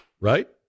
right